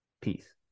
peace